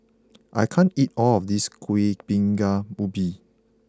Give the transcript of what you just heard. I can't eat all of this Kuih Bingka Ubi